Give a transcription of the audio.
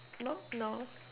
knock knock